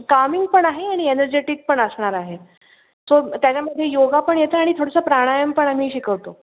कामिंग पण आहे आणि एनर्जेटिक पण असणार आहे सो त्याच्यामध्ये योग पण येतं आणि थोडंसं प्राणायाम पण आम्ही शिकवतो